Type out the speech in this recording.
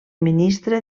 ministre